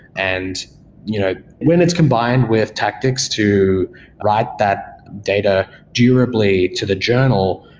and you know when it's combined with tactics to write that data durably to the journal,